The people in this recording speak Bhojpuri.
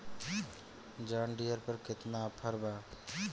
जॉन डियर पर केतना ऑफर बा?